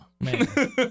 Man